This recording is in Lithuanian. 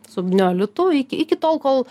subneolitu iki iki tol kol